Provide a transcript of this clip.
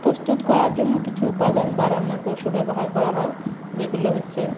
প্রস্তুত করার জন্য কিছু উপাদান বা রান্নার কৌশল ব্যবহার করা হয় যেগুলো হচ্ছে